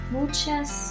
Muchas